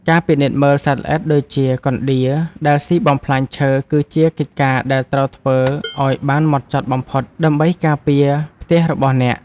ការពិនិត្យមើលសត្វល្អិតដូចជាកណ្ដៀរដែលស៊ីបំផ្លាញឈើ គឺជាកិច្ចការដែលត្រូវធ្វើឱ្យបានហ្មត់ចត់បំផុតដើម្បីការពារផ្ទះរបស់អ្នក។